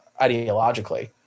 ideologically